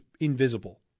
invisible